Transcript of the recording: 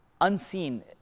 unseen